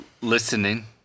listening